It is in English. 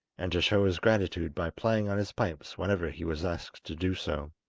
and to show his gratitude by playing on his pipes whenever he was asked to do so.